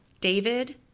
David